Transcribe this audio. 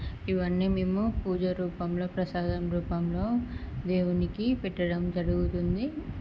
ఇవన్నీ మేము పూజా రూపంలో ప్రసాదం రూపంలో దేవునికి పెట్టడం జరుగుతుంది